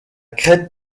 crête